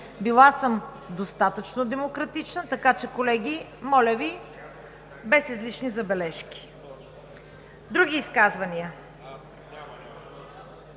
Била съм достатъчно демократична. Така че, колеги, моля Ви, без излишни забележки. Други изказвания?